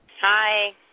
Hi